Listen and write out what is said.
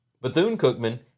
Bethune-Cookman